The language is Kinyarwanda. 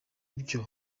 byo